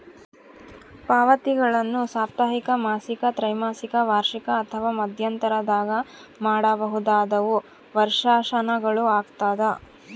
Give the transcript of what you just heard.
ಪಾವತಿಗಳನ್ನು ಸಾಪ್ತಾಹಿಕ ಮಾಸಿಕ ತ್ರೈಮಾಸಿಕ ವಾರ್ಷಿಕ ಅಥವಾ ಮಧ್ಯಂತರದಾಗ ಮಾಡಬಹುದಾದವು ವರ್ಷಾಶನಗಳು ಆಗ್ಯದ